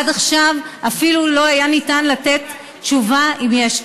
עד עכשיו אפילו לא היה ניתן לתת תשובה אם יש תיק.